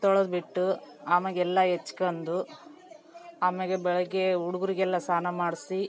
ತೊಳೆದ್ಬಿಟ್ಟು ಆಮೇಲೆ ಎಲ್ಲ ಹೆಚ್ಕಂದು ಆಮ್ಯಾಲೆ ಬೆಳಗ್ಗೆ ಹುಡುಗರಿಗೆಲ್ಲ ಸ್ನಾನ ಮಾಡಿಸಿ